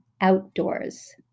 outdoors